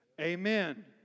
Amen